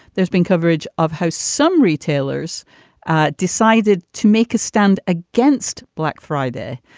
there's been coverage of how some retailers decided to make a stand against black friday,